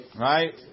Right